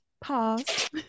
pause